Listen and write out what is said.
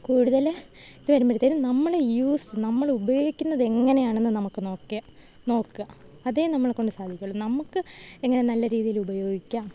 കൂടുതല് ഇത് വരുമ്പഴ്ത്തേന് നമ്മള് യൂസ് നമ്മളുപയോഗിക്കുന്നത് എങ്ങനെയാണെന്ന് നമുക്ക് നോക്കിയാ നോക്കാ അതേ നമ്മളെ കൊണ്ട് സാധിക്കുവുള്ളൂ നമുക്ക് എങ്ങനെ നല്ല രീതിയിലുപയോഗിക്കാം